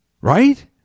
right